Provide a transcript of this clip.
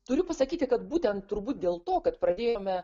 turiu pasakyti kad būtent turbūt dėl to kad pradėjome